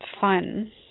fun